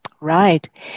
Right